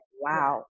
wow